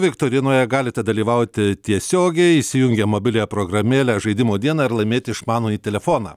viktorinoje galite dalyvauti tiesiogiai įsijungę mobiliąją programėlę žaidimo dieną ir laimėti išmanųjį telefoną